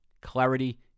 clarity